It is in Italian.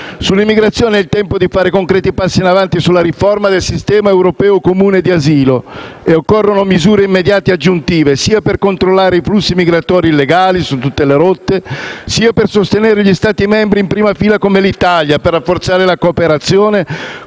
Sull'immigrazione è tempo di fare concreti passi avanti sulla riforma del sistema europeo comune di asilo e occorrono misure immediate aggiuntive, sia per controllare i flussi migratori illegali su tutte le rotte, sia per sostenere gli Stati membri in prima fila, come l'Italia, sia per rafforzare la cooperazione